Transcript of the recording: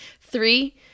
three